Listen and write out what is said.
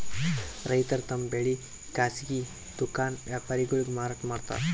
ರೈತರ್ ತಮ್ ಬೆಳಿ ಖಾಸಗಿ ದುಖಾನ್ ವ್ಯಾಪಾರಿಗೊಳಿಗ್ ಮಾರಾಟ್ ಮಾಡ್ತಾರ್